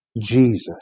Jesus